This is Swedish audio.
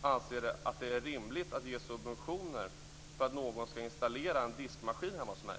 anser att det är rimligt att ge subventioner för att någon skall installera en diskmaskin hemma hos mig.